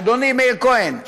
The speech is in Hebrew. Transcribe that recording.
אדוני מאיר כהן,